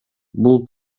бул